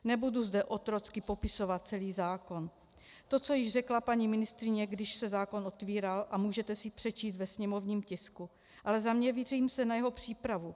Nebudu zde otrocky popisovat celý zákon, to, co již řekla paní ministryně, když se zákon otevíral, a můžeme si přečíst ve sněmovním tisku, ale zaměřím se na jeho přípravu.